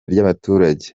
ry’abaturage